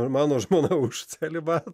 ir mano žmona už celibatą